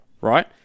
right